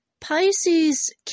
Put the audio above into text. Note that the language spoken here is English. Pisces